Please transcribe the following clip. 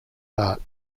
art